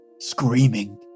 screaming